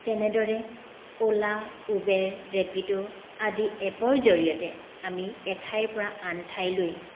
তেনেদৰে Ola Uber Rapido আদি এপৰ জৰিয়তে আমি এঠাইৰ পৰা আন ঠাইলৈ